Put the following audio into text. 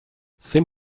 zein